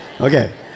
Okay